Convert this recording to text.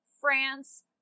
France